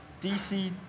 DC